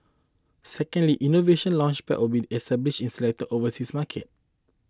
secondly Innovation Launchpads will be established in selected overseas markets